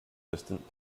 distant